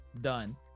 done